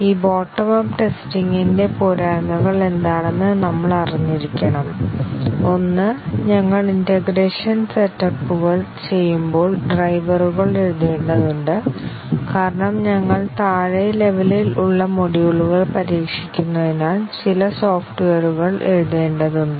ഈ bottom up ടെസ്റ്റിംഗിന്റെ പോരായ്മകൾ എന്താണെന്ന് നമ്മൾ അറിഞ്ഞിരിക്കണം ഒന്ന് ഞങ്ങൾ ഇന്റേഗ്രേഷൻ സ്റ്റെപ്പുകൾ ചെയ്യുമ്പോൾ ഡ്രൈവറുകൾ എഴുതേണ്ടതുണ്ട് കാരണം ഞങ്ങൾ താഴെ ലെവലിൽ ഉള്ള മൊഡ്യൂളുകൾ പരീക്ഷിക്കുന്നതിനാൽ ചില സോഫ്റ്റ്വെയറുകൾ എഴുതേണ്ടതുണ്ട്